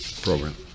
program